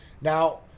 Now